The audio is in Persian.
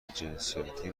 جنسیتی